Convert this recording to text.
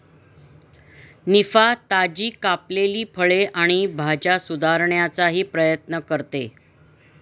निफा, ताजी कापलेली फळे आणि भाज्या सुधारण्याचाही प्रयत्न करते